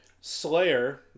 Slayer